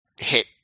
hit